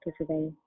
today